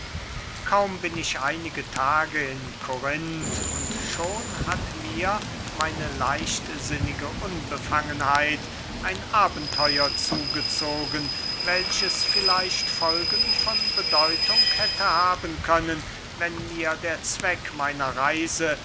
kaum bin ich einige tage in korinth und schon hat mir meine leichtsinnige unbefangenheit ein abenteuer zugezogen welches vielleicht folgen von bedeutung hätte haben können wenn mir der zweck meiner reise